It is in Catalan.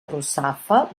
russafa